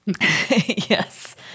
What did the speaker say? yes